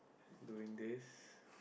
doing this